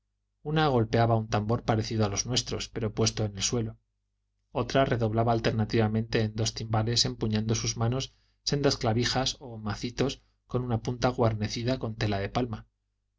una golpeaba un tambor parecido a los nuestros pero puesto en el suelo otra redoblaba alternativamente en dos timbales empuñando sus manos sendas clavijas o macitos con una punta guarnecida con tela de palma